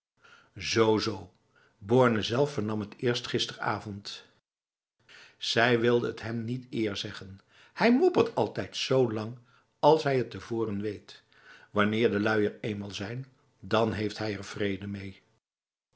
z borne zelf vernam het eerst gisteravond zij wilde t hem niet eer zeggen hij moppert altijd zo lang als hij het tevoren weet wanneer de lui er eenmaal zijn dan heeft hij er vrede mee